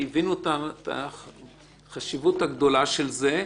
שהבינו את החשיבות הגדולה של זה,